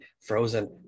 frozen